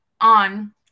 on